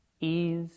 ease